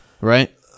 right